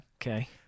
Okay